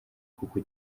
kuko